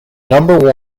number